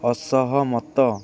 ଅସହମତ